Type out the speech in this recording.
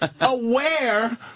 aware